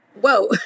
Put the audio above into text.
Whoa